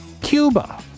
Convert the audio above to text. Cuba